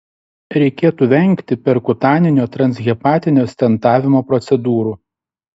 reikėtų vengti perkutaninio transhepatinio stentavimo procedūrų